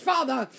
Father